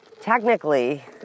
technically